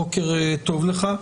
בוקר טוב לך.